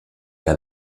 que